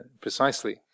precisely